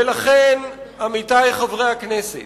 יותר גרוע, ולכן, עמיתי חברי הכנסת,